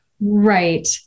Right